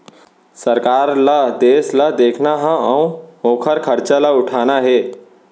सरकार ल देस ल देखना हे अउ ओकर खरचा ल उठाना हे